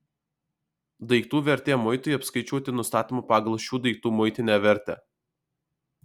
daiktų vertė muitui apskaičiuoti nustatoma pagal šių daiktų muitinę vertę